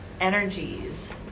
energies